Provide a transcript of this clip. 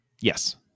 Yes